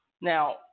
Now